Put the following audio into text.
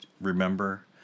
remember